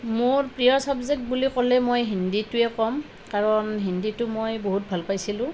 মোৰ প্ৰিয় চাবজেক্ট বুলি ক'লে মই হিন্দীটোৱে ক'ম কাৰণ হিন্দিটো মই বহুত ভাল পাইছিলোঁ